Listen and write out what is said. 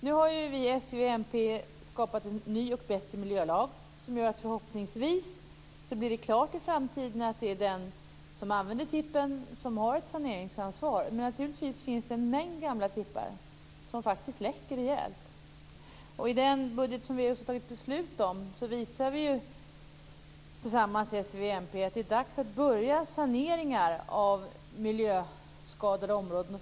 Nu har s, v och mp skapat en ny och bättre miljölag som gör att det i framtiden förhoppningsvis blir klart att det är den som använder tippen som har ett saneringsansvar. Men det finns en mängd gamla tippar som läcker rejält. I den budget som vi just har fattat beslut om visar s, v och mp tillsammans att det är dags att börja saneringar av miljöskadade områden.